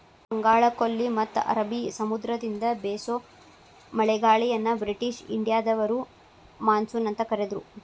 ಬಂಗಾಳಕೊಲ್ಲಿ ಮತ್ತ ಅರಬಿ ಸಮುದ್ರದಿಂದ ಬೇಸೋ ಮಳೆಗಾಳಿಯನ್ನ ಬ್ರಿಟಿಷ್ ಇಂಡಿಯಾದವರು ಮಾನ್ಸೂನ್ ಅಂತ ಕರದ್ರು